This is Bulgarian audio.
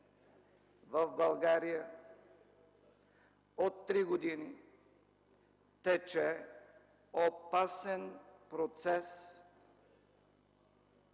в България от три години тече опасен процес